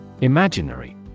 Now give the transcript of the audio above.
Imaginary